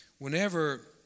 Whenever